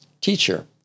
Teacher